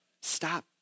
Stop